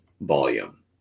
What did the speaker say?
volume